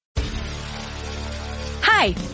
Hi